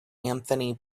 anthony